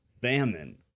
famine